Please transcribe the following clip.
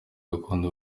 gakondo